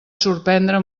sorprendre